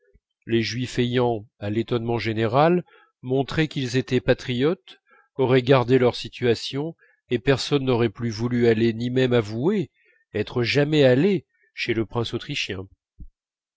les juifs ayant à l'étonnement général montré qu'ils étaient patriotes auraient gardé leur situation et personne n'aurait plus voulu aller ni même avouer être jamais allé chez le prince autrichien